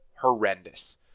horrendous